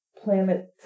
planets